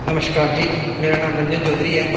नमस्कार जी मेरा नाम रंजन चौधरी ऐ